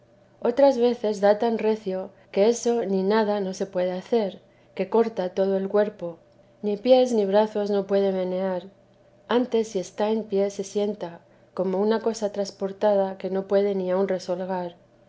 otras veces da tan recio que eso ni nada no se puede hacer que corta todo el cuerpo ni pies ni brazos no puede menear antes si está en pie se sienta como una cosa transportada que no puede ni aun resollar